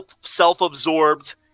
self-absorbed